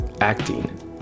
acting